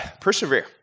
persevere